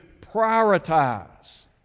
prioritize